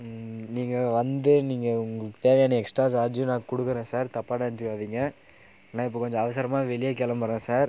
நீங்கள் வந்து நீங்கள் உங்களுக்கு தேவையான எக்ஸ்ட்டா சார்ஜும் நான் கொடுக்குறேன் சார் தப்பாக நினச்சிக்காதீங்க இல்லை நான் இப்போ கொஞ்சம் அவசரமாக வெளியே கிளம்புறேன் சார்